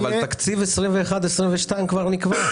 אבל תקציב 2022-2021 כבר נקבע.